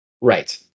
right